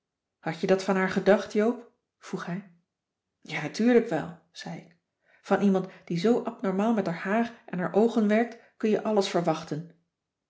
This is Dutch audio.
had je dat van haar gedacht joop vroeg hij ja natuurlijk wel zei ik van iemand die zoo abnormaal met r haar en r oogen werkt kun je alles verwachten